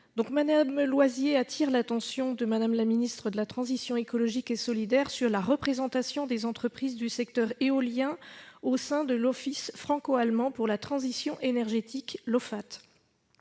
Mme Loisier appelle l'attention de Mme la ministre de la transition écologique et solidaire sur la représentation des entreprises du secteur éolien au sein de l'Office franco-allemand pour la transition énergétique (Ofate).